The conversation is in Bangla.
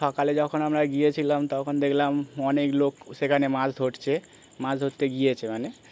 সকালে যখন আমরা গিয়েছিলাম তখন দেখলাম অনেক লোক সেখানে মাছ ধরছে মাছ ধরতে গিয়েছে মানে